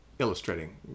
Illustrating